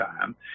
time